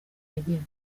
yagenze